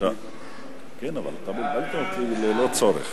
השנייה לטלוויזיה ורדיו